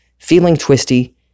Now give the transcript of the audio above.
feelingtwisty